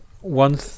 one